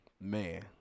Man